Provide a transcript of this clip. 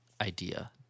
idea